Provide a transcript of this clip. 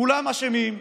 כולם אשמים,